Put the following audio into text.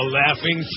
laughing